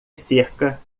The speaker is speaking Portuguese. cerca